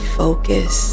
focus